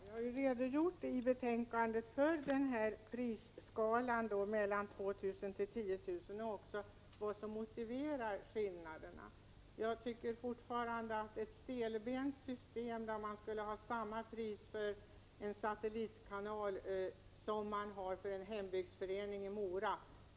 Fru talman! Vi har ju i betänkandet redogjort för den här prisskalan, 2 000-10 000 kr., och också förklarat vad som motiverar skillnaderna. Vi socialdemokrater anser att det inte vore önskvärt att ha ett stelbent system, där man skulle ha samma pris för en satellitkanal som för en hembygdsförening i Mora.